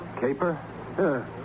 Caper